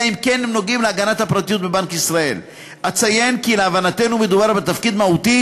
חבר'ה, אני כולה בתפקיד כמה שבועות,